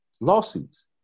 lawsuits